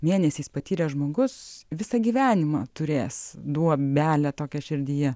mėnesiais patyręs žmogus visą gyvenimą turės duobelę tokią širdyje